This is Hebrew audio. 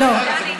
במסגרת,